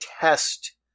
test